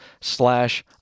slash